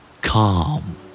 Calm